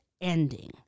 ending